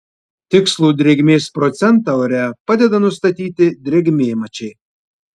tikslų drėgmės procentą ore padeda nustatyti drėgmėmačiai